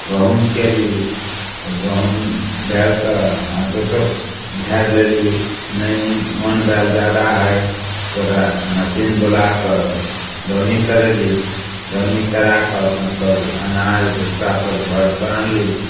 गहुम कयली गहुम भेल तऽ हाथोसँ झाड़ि लेली नहि मोन भेल जादा हइ तऽ ओकरा मशीन बोलाकऽ दौनी करयली दौनी कराकऽ अपन सब अनाज भूस्सा सब घरपर आनली